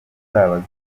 azabaze